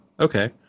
Okay